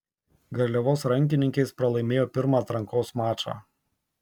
garliavos rankininkės pralaimėjo pirmą atrankos mačą